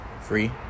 Free